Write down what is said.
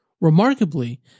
Remarkably